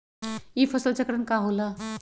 ई फसल चक्रण का होला?